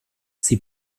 sie